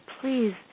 please